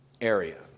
area